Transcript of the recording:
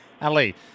Ali